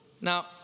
Now